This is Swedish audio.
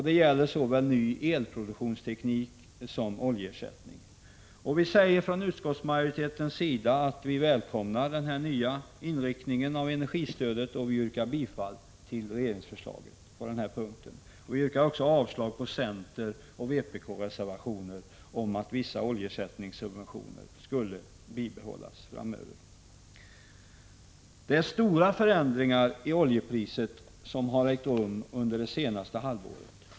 Det gäller såväl ny elproduktionsteknik som oljeersättning. Från utskottsmajoritetens sida välkomnar vi denna nya inriktning av energistödet, och vi yrkar bifall till regeringsförslaget på denna punkt. Vi yrkar också avslag på centeroch vpk-reservationen om att vissa oljeersättningssubventioner skulle bibehållas framöver. Det är stora förändringar i oljepriset som har ägt rum under det senaste halvåret.